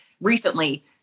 recently